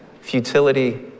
futility